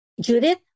Judith